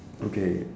okay